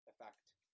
effect